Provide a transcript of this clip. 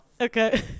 Okay